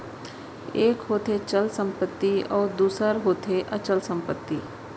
एक होथे चल संपत्ति अउ दूसर होथे अचल संपत्ति